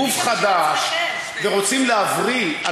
גוף חדש ורוצים להבריא.